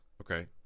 okay